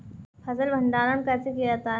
फ़सल भंडारण कैसे किया जाता है?